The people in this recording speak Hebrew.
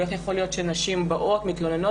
איך יכול להיות שנשים באות ומתלוננות